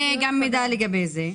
מידע גם לגבי זה.